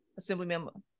Assemblymember